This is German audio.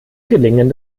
gelingen